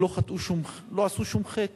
הם לא עשו שום חטא,